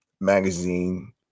magazine